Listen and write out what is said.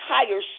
entire